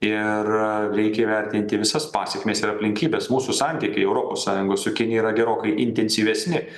ir reikia įvertinti visas pasekmes ir aplinkybes mūsų santykiai europos sąjungos su kinija yra gerokai intensyvesni